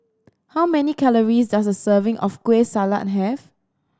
how many calories does a serving of Kueh Salat have